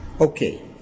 Okay